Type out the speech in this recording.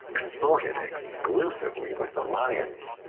consorted exclusively with the lions.